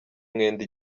mwenda